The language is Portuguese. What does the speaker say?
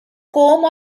como